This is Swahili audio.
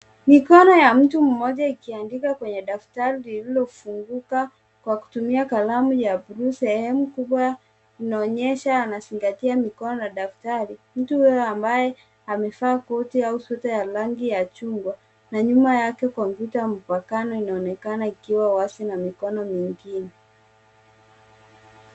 Mikono ya mtu mmoja ikiandika kwenye daftari lililofunguka kwa kutumia kalamu ya bluu. Sehemu kubwa inaonyesha anazingatia mikono na daftari. Mtu huyo ambaye amevaa koti au sweta ya rangi ya chungwa na nyuma yake kompyuta mpakato inaonekana ikiwa wazi na mikono mingine.